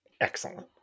Excellent